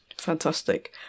Fantastic